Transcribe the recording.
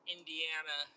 Indiana